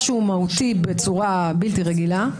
כזה שהוא מהותי בצורה בלתי רגילה.